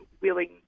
willing